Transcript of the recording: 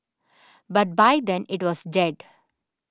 but by then it was dead